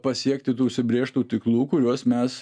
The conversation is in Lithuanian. pasiekti tų užsibrėžtų tiklų kuriuos mes